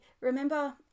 remember